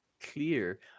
clear